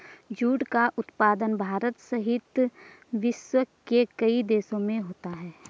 jute का उत्पादन भारत सहित विश्व के कई देशों में होता है